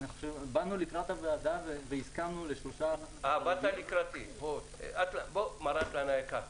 באנו לקראת הוועדה והסכמנו לשלושה חריגים --- מר אטלן היקר,